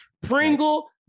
Pringle